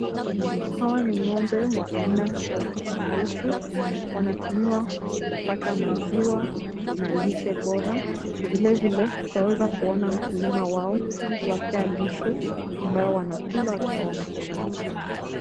Hawa ni ng'ombe wa aina tofauti tofauti. Wanatumiwa kupata maziwa na lishe bora. Vilevile twaweza kuona mkulima wao akiwapea lishe ambayo wanakula wakiwa wamefurahi sana.